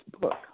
book